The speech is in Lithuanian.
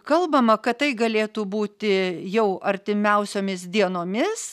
kalbama kad tai galėtų būti jau artimiausiomis dienomis